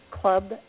club